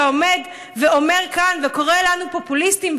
עומד ואומר כאן וקורא לנו פופוליסטים,